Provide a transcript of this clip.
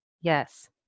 Yes